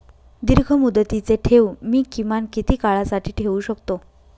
दीर्घमुदतीचे ठेव मी किमान किती काळासाठी ठेवू शकतो?